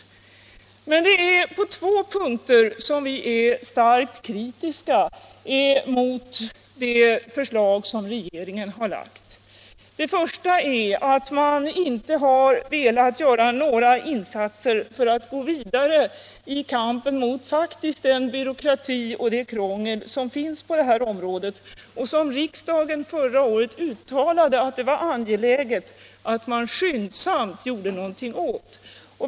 Det är emellertid på två punkter som vi är starkt kritiska mot de förslag som regeringen har lagt fram. För det första har regeringen inte velat göra några insatser för att gå 61 vidare i kampen mot den byråkrati och det krångel som faktiskt finns på detta område och som riksdagen förra året uttalade att det var angeläget att skyndsamt göra något åt.